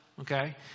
okay